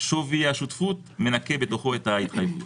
שווי השותפות מנכה בתוכו את ההתחייבות.